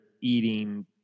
eating